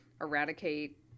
eradicate